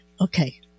Okay